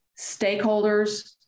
stakeholders